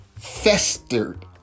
festered